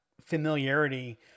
familiarity